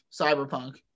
cyberpunk